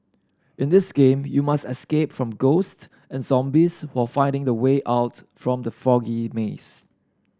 in this game you must escape from ghost and zombies while finding the way out from the foggy maze